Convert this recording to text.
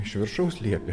iš viršaus liepė